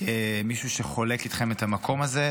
כמישהו שחולק איתכם את המקום הזה,